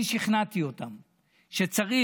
אני שכנעתי אותן שצריך.